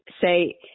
say